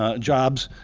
ah jobs,